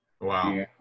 Wow